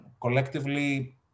collectively